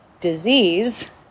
disease